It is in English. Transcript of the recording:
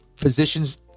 positions